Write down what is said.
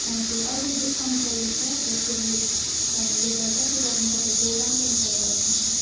हजुर अहिले डिस्काउन्ट चल्दैछ फेस्टिभलले गर्दा त्यही लागि तपाईँको वान पोइन्ट फाइभ ल्याक्स हुन्छ